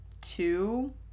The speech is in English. two